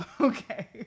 Okay